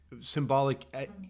Symbolic